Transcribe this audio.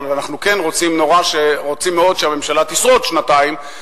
אבל אנחנו כן רוצים מאוד שהממשלה תשרוד שנתיים,